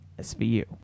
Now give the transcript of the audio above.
SVU